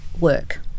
work